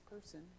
person